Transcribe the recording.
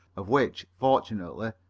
of which, fortunately,